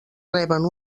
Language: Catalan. reben